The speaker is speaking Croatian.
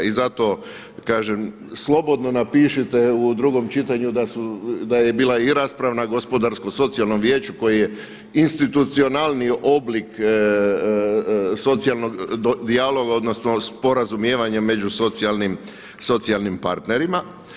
I zato, kažem slobodno napišite u drugom čitanju da su, da je bila i rasprava na Gospodarsko-socijalnom vijeću koji je institucionalni oblik socijalnog dijaloga, odnosno sporazumijevanje među socijalnim partnerima.